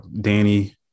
Danny